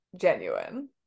genuine